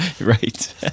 right